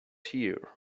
here